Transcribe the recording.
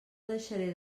deixaré